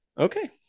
Okay